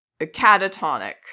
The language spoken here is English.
catatonic